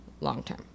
long-term